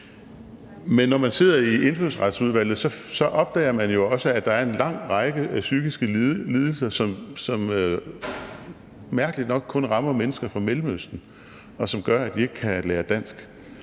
Men når man sidder i Indfødsretsudvalget, opdager man jo også, at der er en lang række psykiske lidelser, som mærkeligt nok kun rammer mennesker fra Mellemøsten, og som gør, at de ikke kan lære dansk.